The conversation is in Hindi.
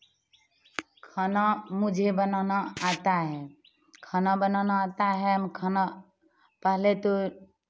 खाना मुझे बनाना आता है खाना बनाना आता है हम खाना पहले तो